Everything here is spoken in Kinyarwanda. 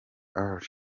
ally